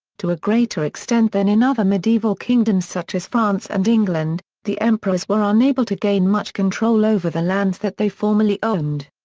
to a greater extent than in other medieval kingdoms such as france and england, the emperors were unable to gain much control over the lands that they formally owned.